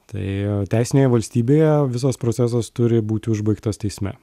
tai teisinėje valstybėje visas procesas turi būti užbaigtas teisme